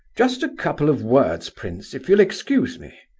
just a couple of words, prince, if you'll excuse me.